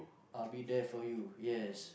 I'll be there for you yes